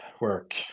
work